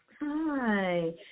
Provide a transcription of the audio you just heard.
Hi